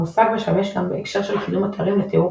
המושג משמש גם בהקשר של קידום אתרים לתיאור